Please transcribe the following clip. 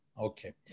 Okay